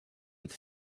with